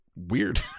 weird